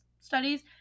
studies